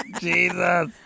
Jesus